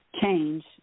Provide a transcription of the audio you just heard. change